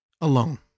alone